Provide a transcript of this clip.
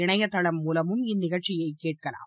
இணையதளம் மூலமும் இந்நிகழ்ச்சியைகேட்கலாம்